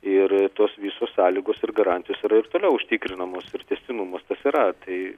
ir tos visos sąlygos ir garantijos yra ir toliau užtikrinamos ir tęstinumas tas yra tai